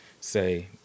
say